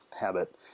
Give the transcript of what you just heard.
habit